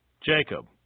Jacob